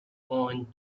own